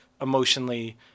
emotionally